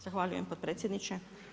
Zahvaljujem potpredsjedniče.